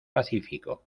pacífico